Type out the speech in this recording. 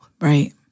Right